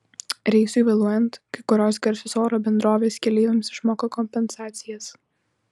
reisui vėluojant kai kurios garsios oro bendrovės keleiviams išmoka kompensacijas